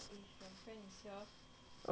oh no no no